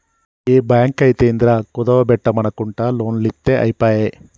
ఏ బాంకైతేందిరా, కుదువ బెట్టుమనకుంట లోన్లిత్తె ఐపాయె